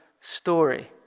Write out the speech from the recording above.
story